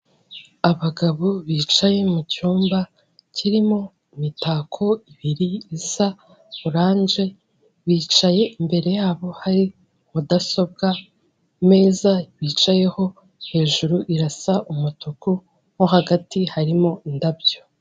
Abagabo bicaye mu cyumba kirimo imitako ibiri isa orange, bicaye imbere yabo hari mudasobwa imeza bicayeho hejuru irasa umutuku mo hagati harimo indabyo.